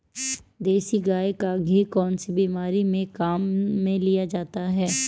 देसी गाय का घी कौनसी बीमारी में काम में लिया जाता है?